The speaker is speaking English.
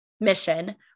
mission